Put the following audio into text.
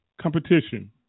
competition